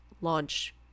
launch